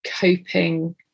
coping